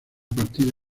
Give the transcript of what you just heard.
partida